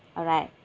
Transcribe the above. alright